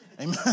Amen